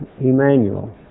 Emmanuel